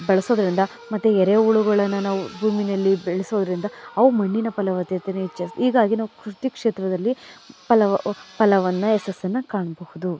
ಬಳಸೋದ್ರಿಂದ ಮತ್ತೆ ಎರೆಹುಳುಗಳನ್ನ ನಾವು ಭೂಮಿ ಮೇಲೆ ಬೆಳೆಸೋದ್ರಿಂದ ಅವು ಮಣ್ಣಿನ ಫಲವತ್ತತೆಯನ್ನು ಹೆಚ್ಚಿಸು ಹೀಗಾಗಿ ನಾವು ಕೃಷಿ ಕ್ಷೇತ್ರದಲ್ಲಿ ಫಲ ಫಲವನ್ನ ಯಶಸ್ಸನ್ನು ಕಾಣಬಹುದು